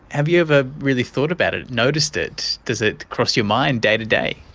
have you ever really thought about it, noticed it? does it cross your mind day to day?